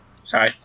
sorry